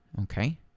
Okay